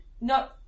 No